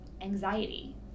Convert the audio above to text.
anxiety